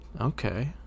Okay